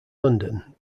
london